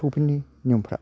बाथौफोरनि नियमफ्रा